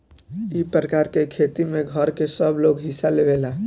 ई प्रकार के खेती में घर के सबलोग हिस्सा लेवेला